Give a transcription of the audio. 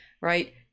right